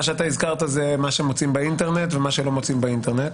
מה שהזכרת זה מה שמוצאים באינטרנט ומה שלא מוצאים באינטרנט,